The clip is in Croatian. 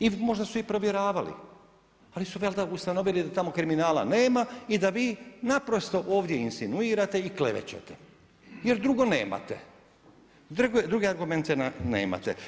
I možda su i provjeravali, ali su valjda ustanovili da tamo kriminala nema i da vi naprosto ovdje insinuirate i klevećete jer drugo nemate, druge argumente nemate.